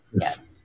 yes